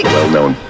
Well-known